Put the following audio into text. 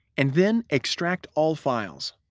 and then extract all files.